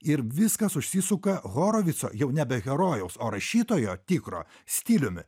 ir viskas užsisuka horovitso jau nebe herojaus o rašytojo tikro stiliumi